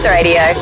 Radio